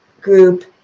group